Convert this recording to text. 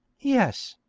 yes,